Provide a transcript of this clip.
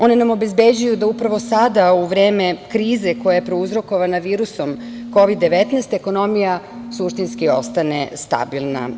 One nam obezbeđuju da upravo sada u vreme krize koja je prouzrokovana virusom Kovid-19 ekonomija suštinski ostane stabilna.